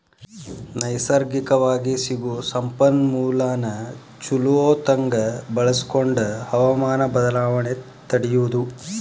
ನೈಸರ್ಗಿಕವಾಗಿ ಸಿಗು ಸಂಪನ್ಮೂಲಾನ ಚುಲೊತಂಗ ಬಳಸಕೊಂಡ ಹವಮಾನ ಬದಲಾವಣೆ ತಡಿಯುದು